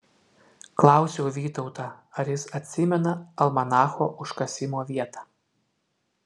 klausiau vytautą ar jis atsimena almanacho užkasimo vietą